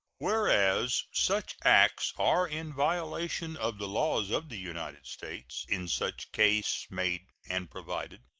whereas such acts are in violation of the laws of the united states in such case made and provided,